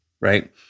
right